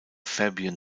fabian